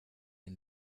and